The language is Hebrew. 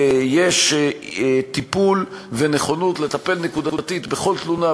יש טיפול ונכונות לטפל נקודתית בכל תלונה,